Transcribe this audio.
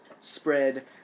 spread